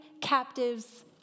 captives